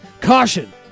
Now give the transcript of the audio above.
Caution